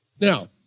Now